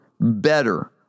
better